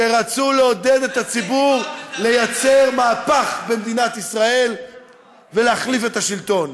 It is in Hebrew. שרצו לעודד את הציבור ליצור מהפך במדינת ישראל ולהחליף את השלטון.